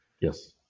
Yes